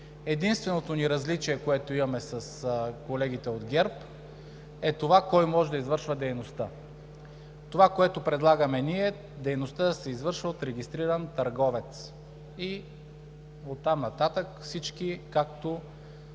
Единственото различие, което имаме с колегите от ГЕРБ, е това кой може да извършва дейността. Това, което предлагаме ние, е дейността да се извършва от регистриран търговец и оттам нататък всички, както